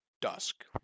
dusk